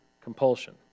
compulsion